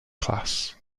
class